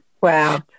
Wow